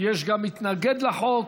יש גם מתנגד לחוק,